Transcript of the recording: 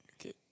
Okay